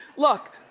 look,